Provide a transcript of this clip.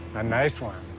a nice one.